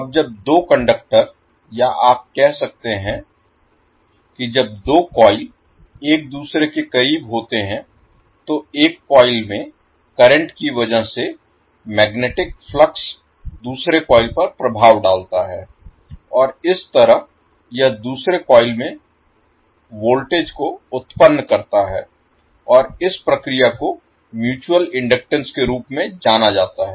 अब जब दो कंडक्टर या आप कह सकते हैं कि जब दो कॉइल एक दूसरे के करीब होते हैं तो एक कॉइल में करंट की वजह से मैग्नेटिक्स फ्लक्स दूसरे कॉइल पर प्रभाव डालता है और इस तरह यह दूसरे कॉइल में वोल्टेज को उत्पन्न करता है और इस प्रक्रिया को म्यूचुअल इनडक्टेंस के रूप में जाना जाता है